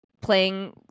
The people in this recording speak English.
playing